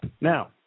Now